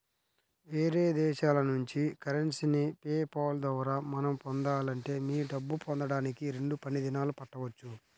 వేరే దేశాల నుంచి కరెన్సీని పే పాల్ ద్వారా మనం పొందాలంటే మీ డబ్బు పొందడానికి రెండు పని దినాలు పట్టవచ్చు